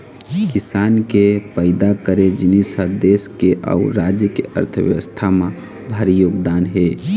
किसान के पइदा करे जिनिस ह देस के अउ राज के अर्थबेवस्था म भारी योगदान हे